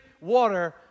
water